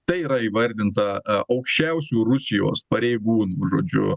tai yra įvardinta aukščiausių rusijos pareigūnų žodžiu